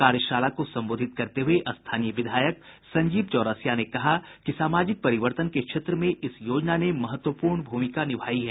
कार्यशाला को संबोधित करते हुए स्थानीय विधायक संजीव चौरसिया ने कहा कि सामाजिक परिवर्तन के क्षेत्र में इस योजना ने महत्वपूर्ण भूमिका निभायी है